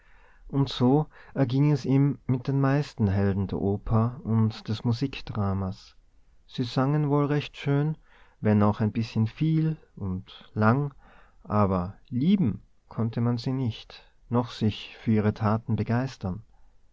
und so erging es ihm mit den meisten helden der oper und des musikdramas sie sangen wohl recht schön wenn auch ein bißchen viel und lang aber lieben konnte man sie nicht noch sich für ihre taten begeistern